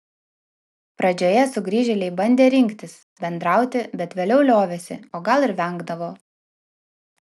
pradžioje sugrįžėliai bandė rinktis bendrauti bet vėliau liovėsi o gal ir vengdavo